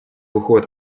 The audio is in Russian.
уход